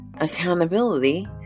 accountability